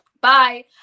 bye